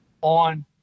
on